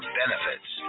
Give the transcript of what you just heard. benefits